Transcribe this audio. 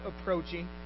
approaching